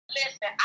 listen